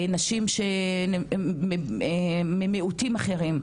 נשים שהן ממיעוטים אחרים.